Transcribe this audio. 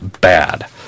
bad